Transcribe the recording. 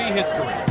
history